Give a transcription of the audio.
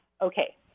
Okay